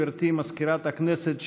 גברתי מזכירת הכנסת,